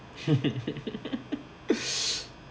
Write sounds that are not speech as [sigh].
[laughs]